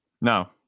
No